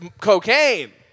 cocaine